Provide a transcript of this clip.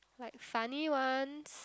like funny ones